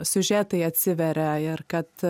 siužetai atsiveria ar kad